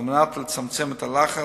על מנת לצמצם את הלחץ,